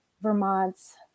Vermont's